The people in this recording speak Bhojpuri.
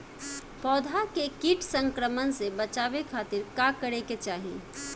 पौधा के कीट संक्रमण से बचावे खातिर का करे के चाहीं?